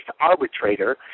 arbitrator